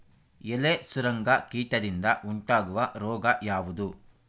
ಎಲೆ ಸುರಂಗ ಕೀಟದಿಂದ ಉಂಟಾಗುವ ರೋಗ ಯಾವುದು?